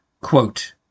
Quote